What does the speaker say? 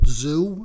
zoo